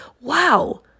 wow